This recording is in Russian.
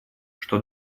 что